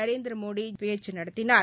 நரேந்திரமோடி பேச்சு நடத்தினார்